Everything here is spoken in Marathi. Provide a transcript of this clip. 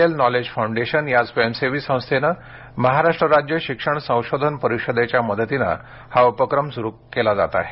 एल नॉलेज फौंडेशन या स्वयंसेवी संस्थेनं महाराष्ट्र राज्य शिक्षण संशोधन परिषदेच्या मदतीनं हा उपक्रम सुरू होत आहे